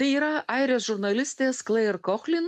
tai yra airės žurnalistės klair kochlin